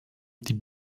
die